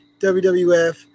WWF